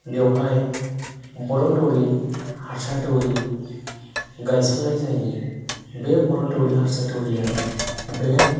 बेयावहाय बर' दौरि हारसा दौरि गायसंनाय जायो बे बर' दौरि हारसा दौरिआ बे